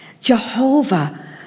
Jehovah